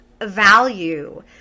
value